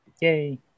Yay